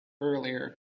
earlier